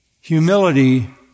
humility